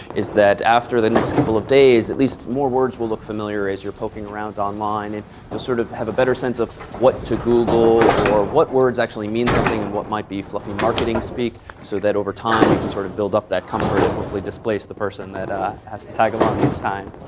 is that, after the next couple of days, at least more words will look familiar as you're poking around online. and you'll sort of have a better sense of what to google, or what words actually mean something and what might be fluffy marketing speak so that, over time, you can sort of build up that comfort and hopefully displace the person that ah has to tag along each time.